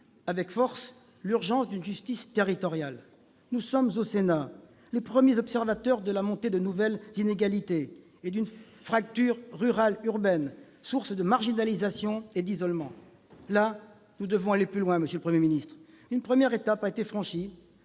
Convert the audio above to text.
avec force l'urgence d'une justice territoriale. Nous sommes, au Sénat, les premiers observateurs de la montée de nouvelles inégalités et d'une fracture entre la France rurale et la France urbaine, source de marginalisation et d'isolement. Là, nous devons aller plus loin, monsieur le Premier ministre. Une première étape a été franchie